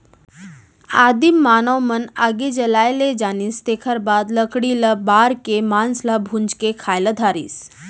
आदिम मानव मन आगी जलाए ले जानिस तेखर बाद लकड़ी ल बार के मांस ल भूंज के खाए ल धरिस